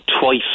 twice